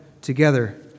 together